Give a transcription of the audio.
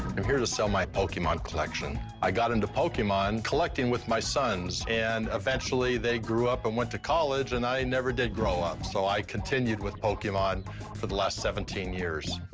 i'm here to sell my pokemon collection. i got into pokemon collecting with my sons. and eventually they grew up and went to college and i never did grow up so i continued with pokemon for the last seventeen years.